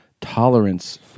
tolerance